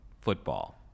football